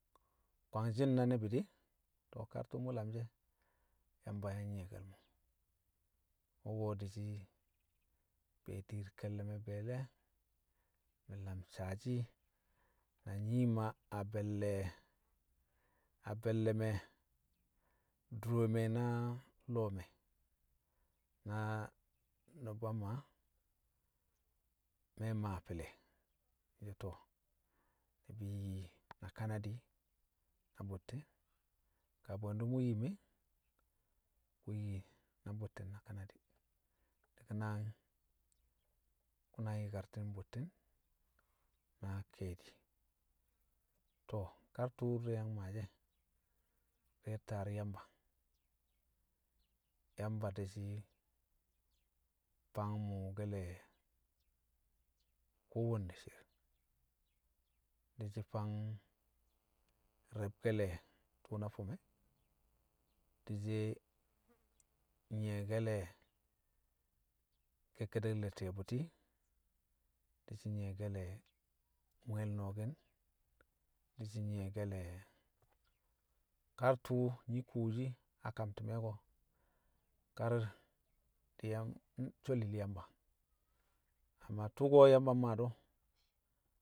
kwangshi̱n na ni̱bi̱ di̱, to̱ kar tṵṵ mṵ lamshi̱ e̱ Yamba yang nyi̱ye̱ke̱l mo̱. Wṵko̱ di̱shi̱ be̱e̱ diir ke̱lle̱ me̱ bi̱i̱le̱ mi̱ lam saashi̱ na Nyii Maa a be̱lle̱- a be̱lle̱ me̱, dure me̱ na lo̱o̱ me̱ na Nṵba Maa. Me̱ maa fi̱le̱ mi̱ so̱ to̱ ni̱bi̱ yi na kanadi̱ na bṵtti̱n kaa bwe̱ndṵ mṵ yim e, ku̱ yi na bṵtti̱n na kanadi̱. Di̱ ku̱ naa- kṵ na nyi̱karti̱n bṵtti̱n na ke̱e̱di̱. To̱, kar tṵṵ di̱re̱ yang maashi̱ e̱ di̱re̱ taar Yamba, Yamba di̱shi̱ fang mu̱u̱ke̱le̱ kowanne shi̱i̱r, di̱ shi̱ fang re̱bke̱le̱ tṵṵ na fṵm e̱, di̱shi̱ nyi̱ye̱ke̱le̱ ke̱kke̱de̱k le̱ ti̱ye̱ bṵti̱, di̱shi̱ nyi̱ye̱ke̱le̱ mwi̱ye̱l no̱o̱ki̱n, di̱shi̱ nyi̱ye̱ke̱le̱ kar tṵṵ nyi̱ kuwoshi a kam ti̱me̱ ko̱, kar di̱ yang nsholil Yamba. Amma tṵko̱ Yamba mmaa do̱